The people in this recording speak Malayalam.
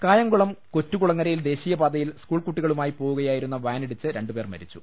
കായംകുളം കൊറ്റുകുളങ്ങരയിൽ ദേശീയപാതയിൽ സ്കൂൾ കുട്ടികളുമായി പോവുകയായിരുന്ന വാൻ ഇടിച്ച് രണ്ട് പേർ മരിച്ചു